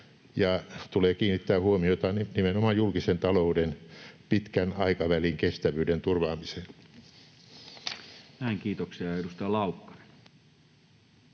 tulee kiinnittää huomiota nimenomaan julkisen talouden pitkän aikavälin kestävyyden turvaamiseen. [Speech 121] Speaker: